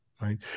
right